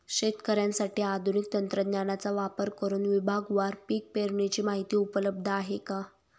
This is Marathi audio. शेतकऱ्यांसाठी आधुनिक तंत्रज्ञानाचा वापर करुन विभागवार पीक पेरणीची माहिती उपलब्ध आहे का?